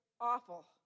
awful